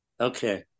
Okay